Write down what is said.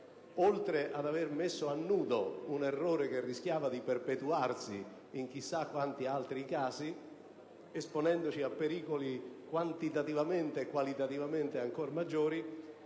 oltre ad aver messo a nudo un errore che rischiava di perpetuarsi in chissà quanti altri casi, esponendoci a pericoli quantitativamente e qualitativamente ancor maggiori,